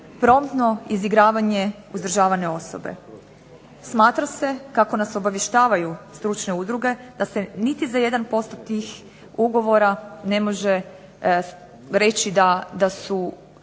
promptno izigravanje uzdržavane osobe. Smatra se, kako nas obavještavaju stručne udruge, da se niti za 1% tih ugovora ne može reći da su